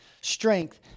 strength